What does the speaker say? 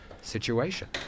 situation